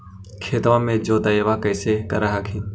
खेतबा के जोतय्बा कैसे कर हखिन?